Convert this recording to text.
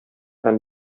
һәм